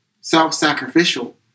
self-sacrificial